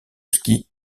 ski